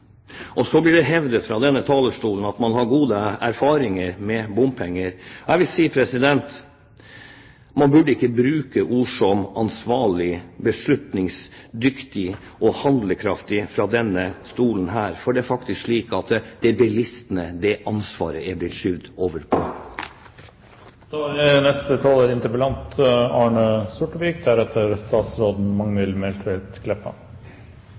Så blir det hevdet fra denne talerstolen at man har gode erfaringer med bompenger. Jeg vil si: Man burde ikke bruke ord som «ansvarlig», «beslutningsdyktig» og «handlekraftig» fra denne talerstolen, for det er faktisk slik at det er bilistene det ansvaret er blitt skjøvet over på. Det er